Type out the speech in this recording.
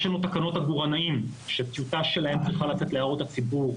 יש לנו תקלות עגורנאים שטיוטה שלהם צריכה לצאת להערות הציבור,